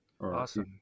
Awesome